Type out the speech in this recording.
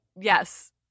Yes